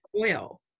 oil